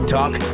Talk